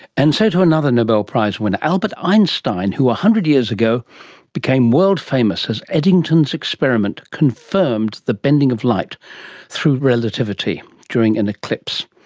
and so to another nobel prize-winner, albert einstein, who one ah hundred years ago became world famous as eddington's experiment confirmed the bending of light through relativity during an eclipse.